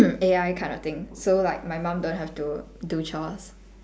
A_I kind of thing so like my mum don't have to do chores